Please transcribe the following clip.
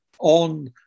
on